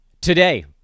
today